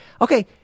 okay